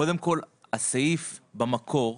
קודם כל הסעיף במקור,